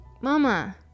Mama